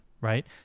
Right